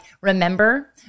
remember